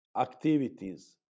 activities